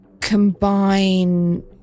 combine